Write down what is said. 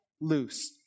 loose